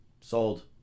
Sold